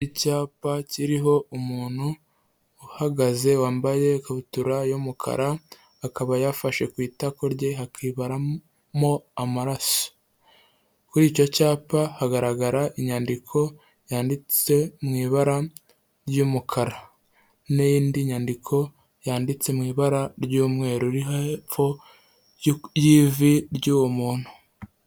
Icyapa kiriho umuntu uhagaze wambaye ikabutura y'umukara, akaba yafashe ku itako rye hakibaramo amaraso, kuri icyo cyapa hagaragara inyandiko yanditse mu ibara ry'umukara, n'indi nyandiko yanditse mu ibara ry'umweru iri hepfo y'ivi ry'uwo muntu.